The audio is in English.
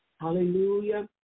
Hallelujah